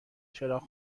چراغ